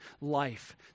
life